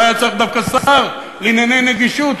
אולי היה צריך דווקא שר לענייני נגישות.